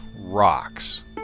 rocks